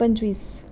पंचवीस